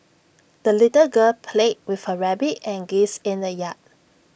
the little girl played with her rabbit and geese in the yard